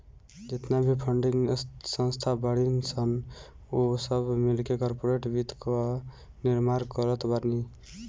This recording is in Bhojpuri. जेतना भी फंडिंग संस्था बाड़ीन सन उ सब मिलके कार्पोरेट वित्त कअ निर्माण करत बानी